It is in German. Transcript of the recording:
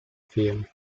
fehlen